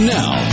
now